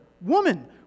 Woman